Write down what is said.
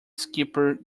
skipper